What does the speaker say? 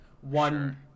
one